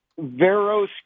Veros